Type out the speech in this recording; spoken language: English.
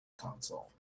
console